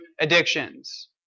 addictions